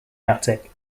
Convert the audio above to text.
attic